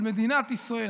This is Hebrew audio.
על מדינת ישראל,